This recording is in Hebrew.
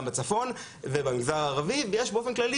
גם בצפון ובמגזר הערבי ובאופן כללי,